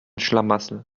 schlamassel